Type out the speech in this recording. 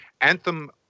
Anthem